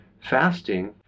fasting